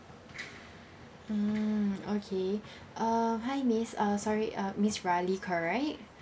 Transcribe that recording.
mm okay uh hi miss uh sorry uh miss riley correct